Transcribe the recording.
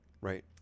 Right